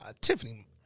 Tiffany